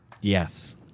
Yes